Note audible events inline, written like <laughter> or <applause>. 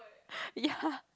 <laughs> ya